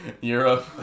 Europe